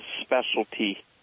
specialty